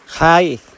Hi